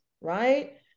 right